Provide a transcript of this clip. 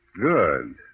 Good